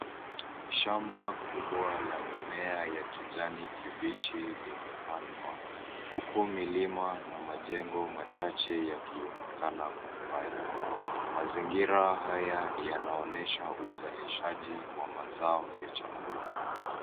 Shamba kubwa la mimea ya kijani kibichi, limepandwa huku milima na majengo machache yakionekana kwa mbali. Mazingira haya yanaonyesha uzalishaji ya mazao ya chakula.